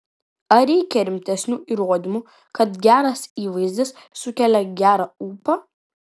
ar reikia rimtesnių įrodymų kad geras įvaizdis sukelia gerą ūpą